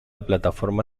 plataforma